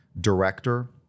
director